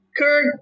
Kirk